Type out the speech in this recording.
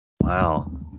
Wow